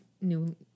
new